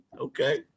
okay